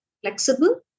flexible